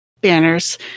banners